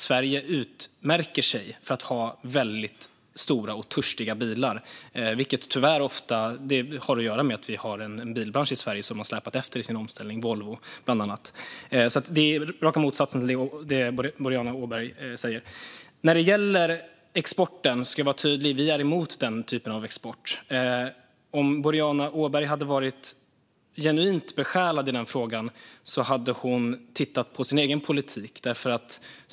Sverige utmärker sig genom att ha väldigt stora och törstiga bilar, vilket tyvärr har att göra med att vi i Sverige har en bilbransch som har släpat efter i sin omställning; det gäller bland annat Volvo. Det är alltså raka motsatsen till det Boriana Åberg säger. När det gäller exporten ska jag vara tydlig: Vi är emot den typen av export. Om Boriana Åberg hade varit genuint besjälad av den frågan hade hon tittat på sin egen politik.